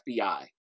FBI